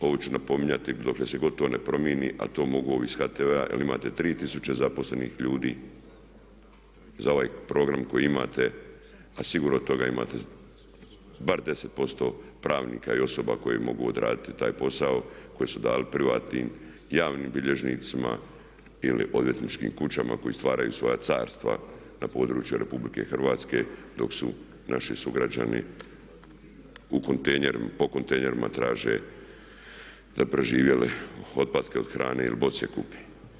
Ovo ću napominjati dokle se god to ne promjeni, a to mogu ovi s HTV-a jer imate 3000 zaposlenih ljudi za ovaj program koji imate a sigurno toga imate bar 10% pravnika i osoba koje mogu odraditi taj posao koji su dali privatnim javnim bilježnicima ili odvjetničkim kućama koji stvaraju svoja carstva na području Republike Hrvatske dok su naši sugrađani po kontejnerima traže da bi preživjeli otpatke od hrane ili boce kupe.